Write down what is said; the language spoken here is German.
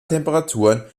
temperaturen